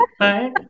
Right